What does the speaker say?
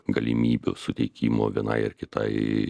galimybių suteikimo vienai ar kitai